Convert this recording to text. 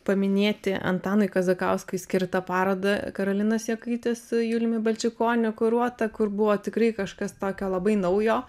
paminėti antanui kazakauskui skirtą parodą karolinos jakaitės su juliumi balčikoniu kuruotą kur buvo tikrai kažkas tokio labai naujo